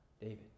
David